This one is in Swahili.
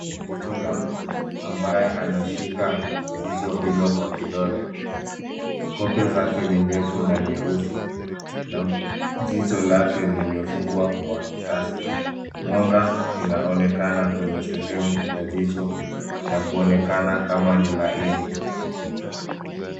Jicho la mtu ambaye anashika jicho hilo kwa kidole. Kope zake ni ndefu na nyeusi na jicho lake limefungwa kwa kiasi. Mwanga laonekana kwenye sehemu la jicho na kuonekana kama ni laini.